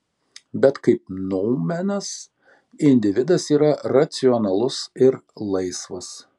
bet kaip noumenas individas yra racionalus ir laisvas